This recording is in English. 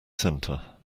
centre